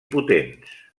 potents